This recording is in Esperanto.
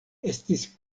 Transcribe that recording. estis